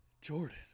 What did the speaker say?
Jordan